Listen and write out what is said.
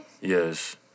Yes